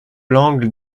l’angle